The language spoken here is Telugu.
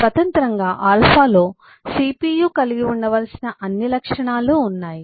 స్వతంత్రంగా ఆల్ఫాలో CPU కలిగి ఉండవలసిన అన్ని లక్షణాలు ఉన్నాయి